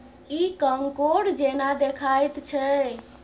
इ कॉकोड़ जेना देखाइत छै